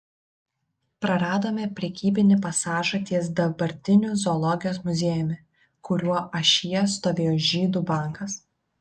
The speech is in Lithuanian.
praradome prekybinį pasažą ties dabartiniu zoologijos muziejumi kurio ašyje stovėjo žydų bankas